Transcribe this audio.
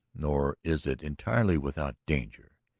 nor is it entirely without danger.